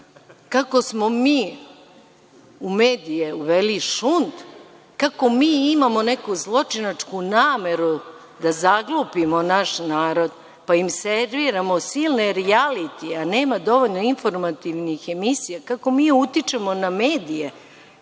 kako smo mi uveli u medije šund, kako mi imamo neku zločinačku nameru da zaglupimo naš narod, pa im serviramo silne rijalitije, a nema dovoljno informativnih emisija, kako mi utičemo na medije.